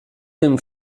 tym